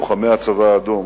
לוחמי הצבא האדום,